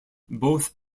both